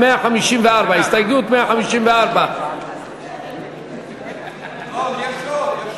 154. הסתייגות 154. לא, יש עוד.